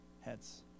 heads